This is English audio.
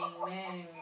Amen